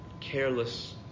careless